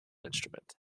instrument